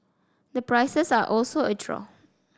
the prices are also a draw